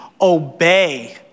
obey